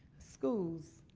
schools,